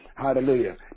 Hallelujah